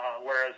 whereas